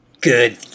Good